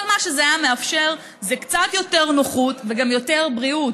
כל מה שזה היה מאפשר זה קצת יותר נוחות וגם יותר בריאות,